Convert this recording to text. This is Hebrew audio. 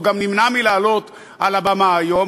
הוא גם נמנע מלעלות על הבמה היום,